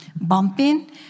bumping